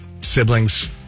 siblings